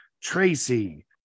tracy